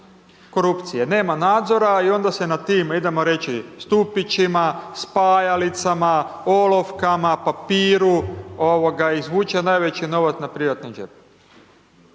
korupcije, nema nadzora i onda se na tim, idemo reći, stupićima, spajalicama, olovkama, papiru, izvuče najveći novac na privatnom džepu.